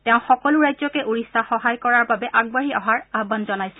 তেওঁ সকলো ৰাজ্যকে ওড়িশাক সহায় কৰাৰ বাবে আগবাঢ়ি অহাৰ আহান জনাইছে